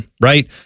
Right